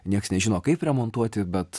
nieks nežino kaip remontuoti bet